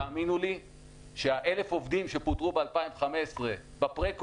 תאמינו לי ש-1,000 העובדים שפוטרו ב-2015 בפרה-קורונה,